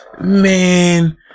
Man